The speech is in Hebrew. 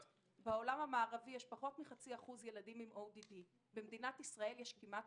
בעולם המערבי יש פחות מ-0.5% ילדים עם ODD. במדינת ישראל יש כמעט